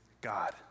God